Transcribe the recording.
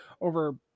over